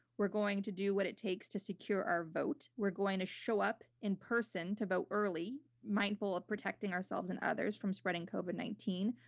we're going to do what it takes to secure our vote. we're going to show up in person to vote early, mindful of protecting ourselves and others from spreading covid nineteen.